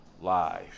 live